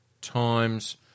times